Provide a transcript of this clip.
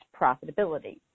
profitability